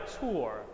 tour